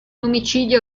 omicidio